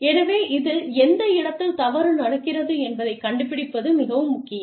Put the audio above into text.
எனவே இதில் எந்த இடத்தில் தவறு நடக்கிறது என்பதை கண்டுபிடிப்பது மிகவும் முக்கியம்